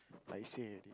like say already